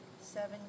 Seven